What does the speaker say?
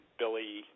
billy